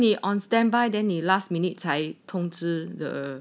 你 on standby then 你 last minute 才通知的